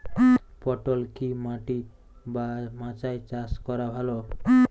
পটল কি মাটি বা মাচায় চাষ করা ভালো?